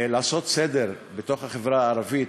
לעשות סדר בתוך החברה הערבית,